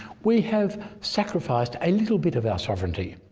we have sacrificed a little bit of our sovereignty.